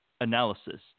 analysis